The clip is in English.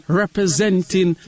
representing